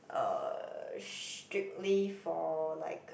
um strictly for like